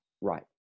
Right